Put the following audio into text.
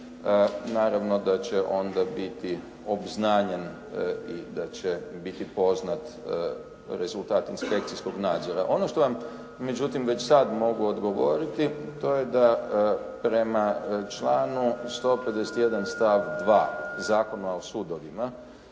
Naravno da će onda biti obznanjen i da će biti poznat rezultat inspekcijskog nadzora. Ono što vam međutim već sad mogu odgovoriti to je da prema članu 151. stavak 2. Zakona o sudovima